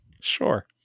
Sure